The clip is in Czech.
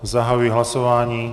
Zahajuji hlasování.